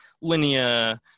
linear